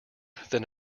than